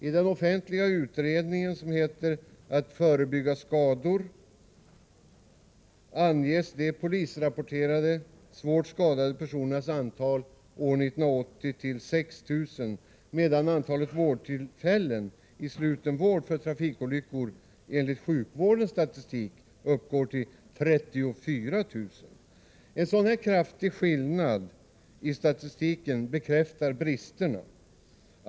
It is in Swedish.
I den offentliga utredningen Att förebygga skador anges de polisrapporterade svårt skadade personernas antal år 1980 till 6 000, medan antalet vårdtillfällen i sluten vård för trafikolyckor enligt sjukvårdens statistik uppgår till 34 000. En sådan kraftig skillnad i statistiken bekräftar bristerna.